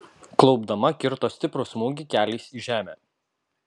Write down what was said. klaupdama kirto stiprų smūgį keliais į žemę